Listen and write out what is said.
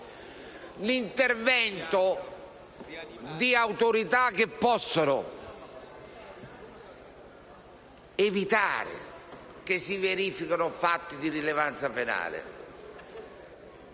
l'intervento di autorità che possa evitare che si verifichino fatti di rilevanza penale.